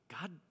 God